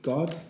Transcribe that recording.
God